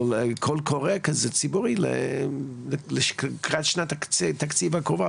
או קול קורא כזה ציבורי לקראת שנת התקציב הקרובה,